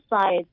side